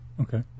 Okay